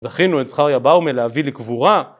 זכינו את זכריה באומל להביא לקבורה